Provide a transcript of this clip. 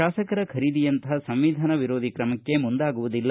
ಶಾಸಕರ ಖರೀದಿಯಂಥ ಸಂವಿಧಾನ ವಿರೋಧಿ ಕ್ರಮಕ್ಷೆ ಮುಂದಾಗುವುದಿಲ್ಲ